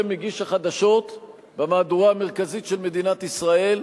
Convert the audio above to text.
מגיש החדשות במהדורה המרכזית של מדינת ישראל,